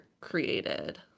created